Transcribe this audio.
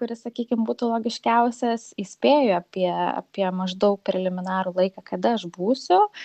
kuris sakykim būtų logiškiausias įspėju apie apie maždaug preliminarų laiką kada aš būsiu